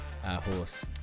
horse